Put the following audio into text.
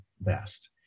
best